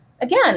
Again